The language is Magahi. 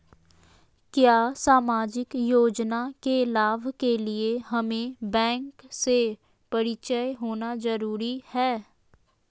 क्या सामाजिक योजना के लाभ के लिए हमें बैंक से परिचय होना जरूरी है?